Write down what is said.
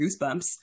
goosebumps